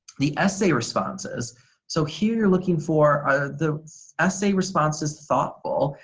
the essay responses so here you're looking for are the essay responses thoughtful,